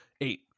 Eight